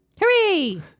Hooray